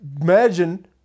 imagine